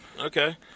Okay